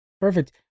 Perfect